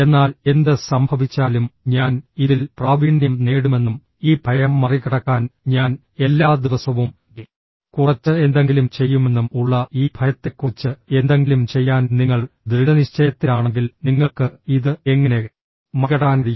എന്നാൽ എന്ത് സംഭവിച്ചാലും ഞാൻ ഇതിൽ പ്രാവീണ്യം നേടുമെന്നും ഈ ഭയം മറികടക്കാൻ ഞാൻ എല്ലാ ദിവസവും കുറച്ച് എന്തെങ്കിലും ചെയ്യുമെന്നും ഉള്ള ഈ ഭയത്തെക്കുറിച്ച് എന്തെങ്കിലും ചെയ്യാൻ നിങ്ങൾ ദൃഢനിശ്ചയത്തിലാണെങ്കിൽ നിങ്ങൾക്ക് ഇത് എങ്ങനെ മറികടക്കാൻ കഴിയും